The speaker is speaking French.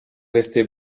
restés